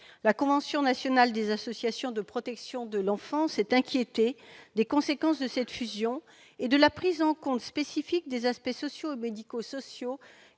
La convention nationale des associations de protection de l'enfant s'est inquiétée des conséquences de cette fusion et de la prise en compte spécifique des aspects sociaux et médico-sociaux,